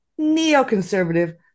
neoconservative